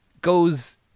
goes